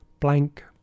blank